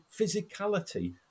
physicality